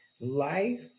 life